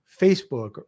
Facebook